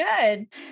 good